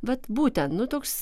vat būtent nu toks